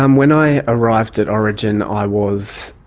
um when i arrived at orygen i was,